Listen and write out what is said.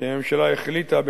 כי הממשלה החליטה,